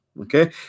Okay